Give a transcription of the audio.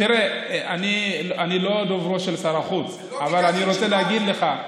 אני לא דוברו של שר החוץ, אבל אני רוצה להגיד לך,